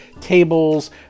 tables